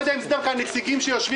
לא יודע אם דווקא אלו היושבים כאן,